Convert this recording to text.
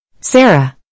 Sarah